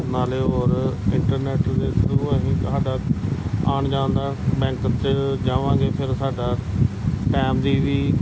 ਨਾਲੇ ਹੋਰ ਇੰਟਰਨੈਟ ਦੇ ਥਰੂ ਅਸੀਂ ਸਾਡਾ ਆਉਣ ਜਾਣ ਦਾ ਬੈਂਕ 'ਚ ਜਾਵਾਂਗੇ ਫਿਰ ਸਾਡਾ ਟਾਈਮ ਦੀ ਵੀ